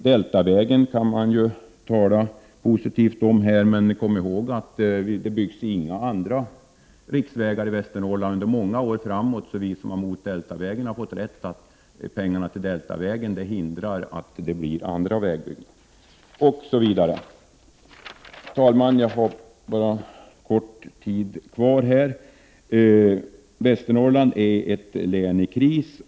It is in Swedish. Deltavägen kan man ju tala positivt om här, men kom ihåg att det byggs inte några andra riksvägar i Västernorrland under många år framåt! Vi som var emot Deltavägen har alltså fått rätt. Deltavägen kostar så mycket pengar att andra vägbyggen förhindras. Herr talman! Jag har kort tid kvar för mitt inlägg, men jag vill avsluta med att säga att Västernorrland är ett län i kris.